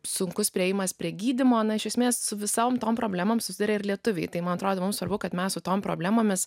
sunkus priėjimas prie gydymo na iš esmės su visom tom problemom susiduria ir lietuviai tai man atrodo mums svarbu kad mes su tom problemomis